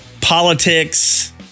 politics